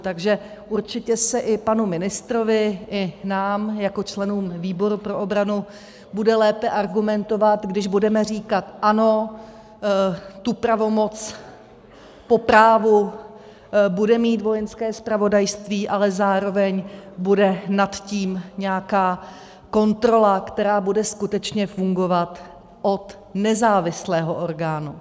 Takže určitě se panu ministrovi i nám jako členům výboru pro obranu bude lépe argumentovat, když budeme říkat ano, tu pravomoc po právu bude mít Vojenské zpravodajství, ale zároveň bude nad tím nějaká kontrola, která bude skutečně fungovat, od nezávislého orgánu.